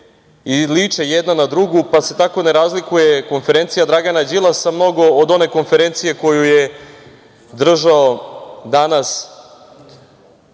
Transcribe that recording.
i liče jedna na drugu, pa se tako ne razlikuje konferencija Dragana Đilasa mnogo od one konferencije koju je držao danas